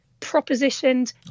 propositioned